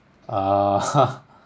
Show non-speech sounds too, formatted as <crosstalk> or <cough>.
ah <noise>